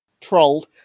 Trolled